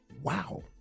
Wow